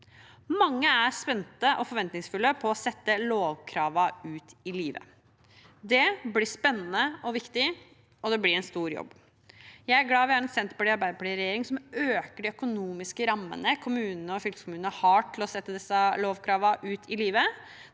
Mange er spente og forventningsfulle etter å sette lovkravene ut i livet. Det blir spennende og viktig, og det blir en stor jobb. Jeg er glad vi har en Senterparti–Arbeiderparti-regjering som øker de økonomiske rammene kommunene og fylkeskommunene har til å sette disse lovkravene ut i livet.